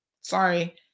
Sorry